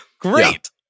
Great